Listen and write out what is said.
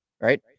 Right